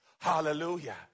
Hallelujah